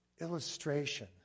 illustration